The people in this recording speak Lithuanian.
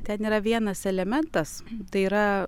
ten yra vienas elementas tai yra